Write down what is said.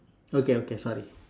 okay okay sorry